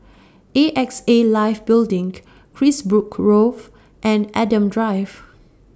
A X A Life Building Carisbrooke Grove and Adam Drive